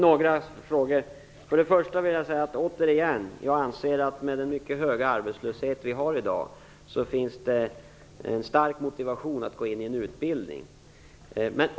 Fru talman! Jag vill återigen säga att jag anser att det med tanke på den mycket höga arbetslöshet vi har i dag finns ett starkt motiv för en arbetslös att gå in i en utbildning.